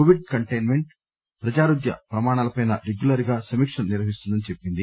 Covid containment ప్రజారోగ్య ప్రమాణాలపై regular గా సమీక్షలు నిర్వహిస్తుందని చెప్పింది